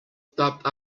stopped